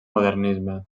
modernisme